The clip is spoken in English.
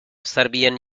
serbian